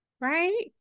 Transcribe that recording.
right